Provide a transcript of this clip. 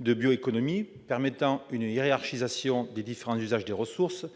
de bio-économie permettant de hiérarchiser les différents usages des ressources